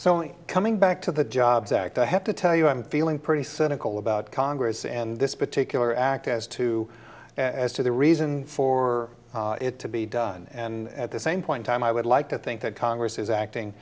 so coming back to the jobs act i have to tell you i'm feeling pretty cynical about congress and this particular act as to as to the reason for it to be done and at the same point i would like to think that congress is acting